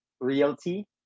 Realty